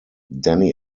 danny